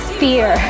fear